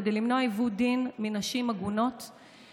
כדי למנוע מנשים עגונות עיוות דין.